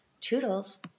toodles